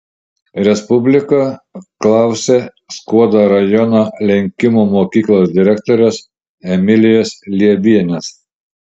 respublika klausė skuodo rajono lenkimų mokyklos direktorės emilijos liebienės